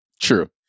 True